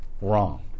wrong